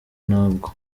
ntabwo